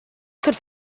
could